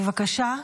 בבקשה.